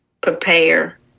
prepare